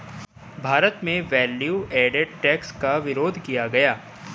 भारत में value added tax का विरोध किया गया